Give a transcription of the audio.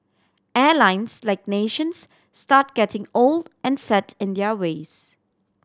airlines like nations start getting old and set in their ways